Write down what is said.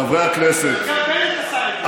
חברי הכנסת,